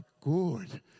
good